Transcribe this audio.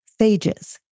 phages